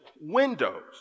windows